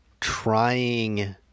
trying